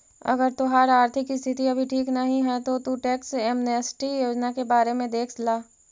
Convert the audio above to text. अगर तोहार आर्थिक स्थिति अभी ठीक नहीं है तो तु टैक्स एमनेस्टी योजना के बारे में देख ला